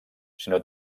sinó